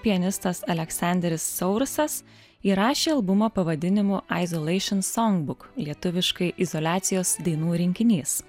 pianistas aleksanderis saurusas įrašė albumą pavadinimu aizoleišin sonbuk lietuviškai izoliacijos dainų rinkinys